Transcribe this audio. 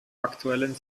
aktuellen